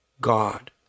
god